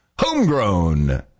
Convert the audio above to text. homegrown